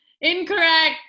Incorrect